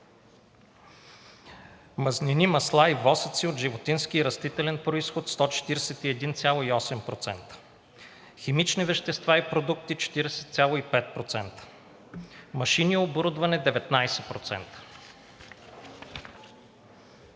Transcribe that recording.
мазнини, масла и восъци от животински и растителен произход – 141,8%; химични вещества и продукти – 40,5%; машини и оборудване – 19%;